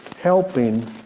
Helping